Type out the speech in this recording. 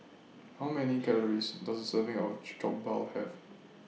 How Many Calories Does A Serving of Jokbal Have